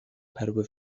perły